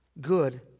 good